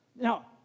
Now